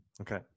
Okay